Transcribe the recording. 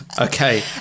Okay